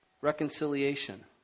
Reconciliation